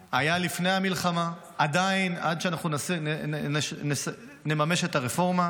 היה לפני המלחמה, עדיין, עד שנממש את הרפורמה.